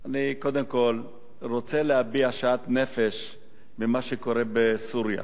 אני קודם כול רוצה להביע שאט-נפש ממה שקורה בסוריה,